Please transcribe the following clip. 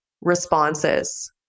responses